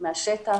מהשטח,